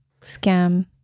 scam